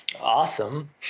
awesome